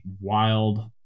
wild